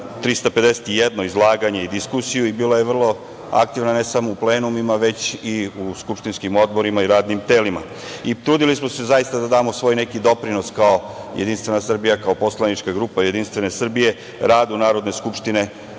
351 izlaganje i diskusiju, bila je vrlo aktivna, ne samo u plenumima, već i u skupštinskim odborima i radnim telima. Trudili smo se, zaista da damo neki svoj doprinos kao JS, kao poslanička grupa JS radu Narodne skupštine